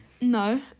No